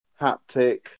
haptic